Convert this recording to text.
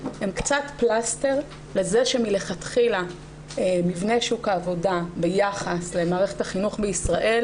הן קצת פלסטר לזה שמלכתחילה מבנה שוק העבודה ביחס למערכת החינוך בישראל